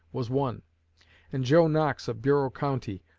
was one and joe knox of bureau county,